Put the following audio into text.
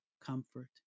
comfort